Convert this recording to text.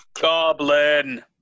Goblin